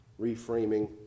reframing